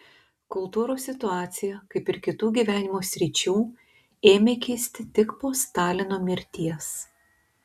kultūros situacija kaip ir kitų gyvenimo sričių ėmė kisti tik po stalino mirties